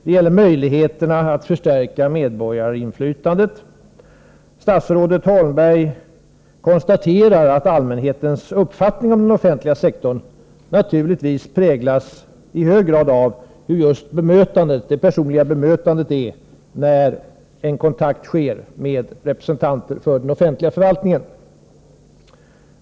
Det gäller möjligheterna att förstärka medborgarinflytandet. Statsrådet Holmberg konstaterar att allmänhetens uppfattning om den offentliga sektorn naturligtvis i hög grad präglas av hur just det personliga bemötandet är när en kontakt sker med representanter för den offentliga förvaltningen.